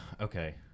okay